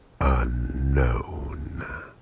unknown